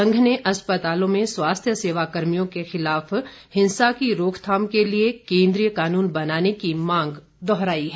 संघ ने अस्पसतालों में स्वास्थ्य सेवा कर्मियों के खिलाफ हिंसा की रोकथाम के लिए केन्द्रीय कानून बनाने की मांग दोहराई है